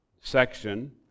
section